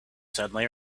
suddenly